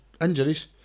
injuries